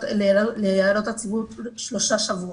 להערות הציבור, שלושה שבועות.